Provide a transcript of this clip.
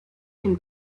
him